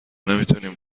نمیتونیم